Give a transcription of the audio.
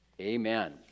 Amen